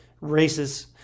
races